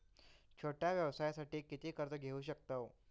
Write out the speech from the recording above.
छोट्या व्यवसायासाठी किती कर्ज घेऊ शकतव?